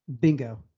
Bingo